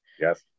Yes